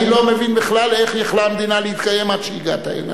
אני לא מבין בכלל איך יכלה המדינה להתקיים עד שהגעת הנה,